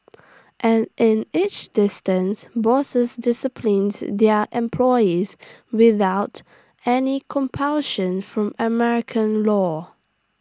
and in each instance bosses disciplined their employees without any compulsion from American law